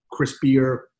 crispier